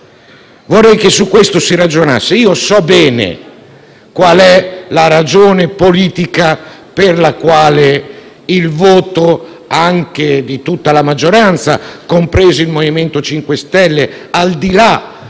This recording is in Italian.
Vorrei che su questo si ragionasse. Io so bene qual è la ragione politica per la quale tutta la maggioranza, compreso il MoVimento 5 Stelle, al di là